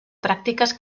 pràctiques